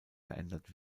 verändert